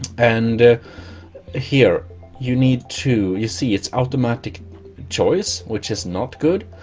and here you need to you see it's automatic choice, which is not good